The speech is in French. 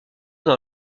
dans